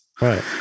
Right